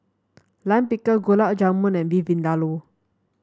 Lime Pickle Gulab Jamun and Beef Vindaloo